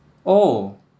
oh